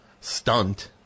stunt